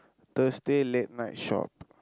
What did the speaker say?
Thursday late night shop